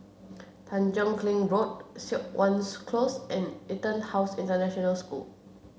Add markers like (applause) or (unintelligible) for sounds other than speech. Tanjong Kling Road Siok (unintelligible) Close and EtonHouse International School